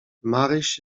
maryś